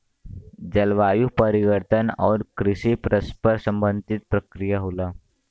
जलवायु परिवर्तन आउर कृषि परस्पर संबंधित प्रक्रिया होला